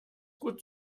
gut